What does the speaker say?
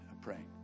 Praying